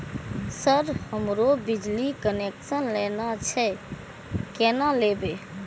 Sir हमरो बिजली connection लेना छे केना लेबे?